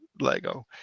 LEGO